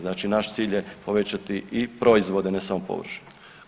Znači naš cilj je povećati i proizvode, ne samo površine.